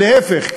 להפך,